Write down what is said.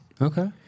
Okay